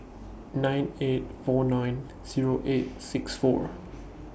nine eight four nine Zero eight six four